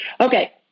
okay